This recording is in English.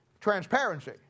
transparency